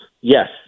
Yes